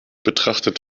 betrachtet